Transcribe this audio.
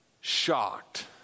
shocked